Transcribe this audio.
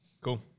Cool